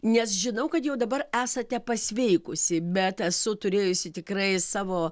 nes žinau kad jau dabar esate pasveikusi bet esu turėjusi tikrai savo